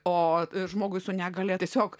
o žmogui su negalia tiesiog